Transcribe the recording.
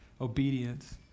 obedience